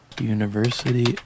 university